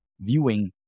viewing